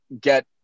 get